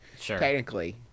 technically